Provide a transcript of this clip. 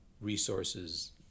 resources